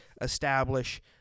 establish